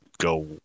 go